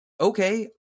okay